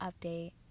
update